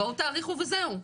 בואו תאריכו וזהו.